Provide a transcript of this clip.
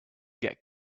get